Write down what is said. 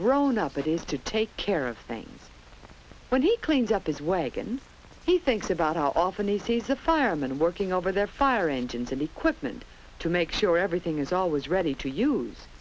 grown up it is to take care of things when he cleans up his wake and he thinks about how often a days a fireman working over their fire engines and equipment to make sure everything is always ready to use